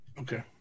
Okay